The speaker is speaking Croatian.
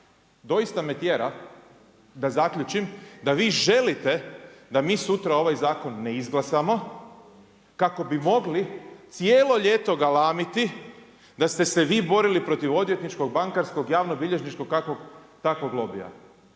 doista me tjera da zaključim da vi želite da mi sutra ovaj zakon ne izglasamo kako bi mogli cijelo ljeto galamiti da ste se vi borili protiv odvjetničkog, bankarskog, javnobilježničkog, kakvog takvog lobija.